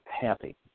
happy